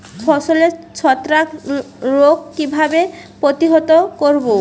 ফসলের ছত্রাক রোগ কিভাবে প্রতিহত করব?